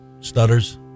stutters